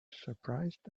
surprised